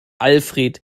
alfred